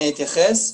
אני אתייחס.